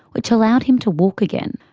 which allowed him to walk again.